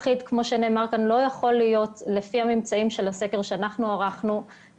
לפי הסקר שאנחנו ערכנו,